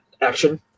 action